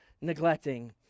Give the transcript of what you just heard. neglecting